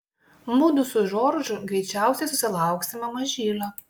mudu su džordžu greičiausiai susilauksime mažylio